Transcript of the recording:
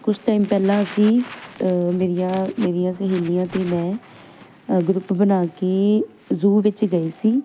ਕੁਛ ਟਾਈਮ ਪਹਿਲਾਂ ਅਸੀਂ ਮੇਰੀਆਂ ਮੇਰੀਆਂ ਸਹੇਲੀਆਂ ਅਤੇ ਮੈਂ ਅ ਗਰੁੱਪ ਬਣਾ ਕੇ ਜ਼ੂ ਵਿੱਚ ਗਏ ਸੀ